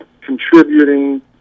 contributing